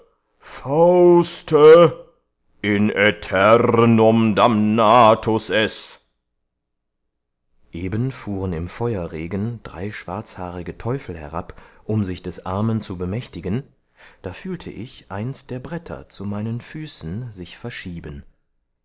es eben fuhren im feuerregen drei schwarzhaarige teufel herab um sich des armen zu bemächtigen da fühlte ich eins der bretter zu meinen füßen sich verschieben